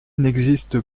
n’existe